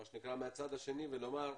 מה שנקרא מהצד השני ולומר,